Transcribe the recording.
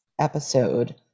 episode